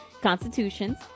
constitution's